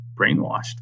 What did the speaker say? brainwashed